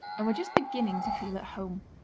and were just beginning to feel at home.